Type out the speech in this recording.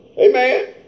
Amen